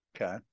Okay